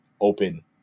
open